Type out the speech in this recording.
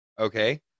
okay